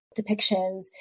depictions